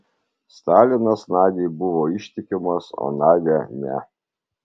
stalinas nadiai buvo ištikimas o nadia ne